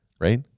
Right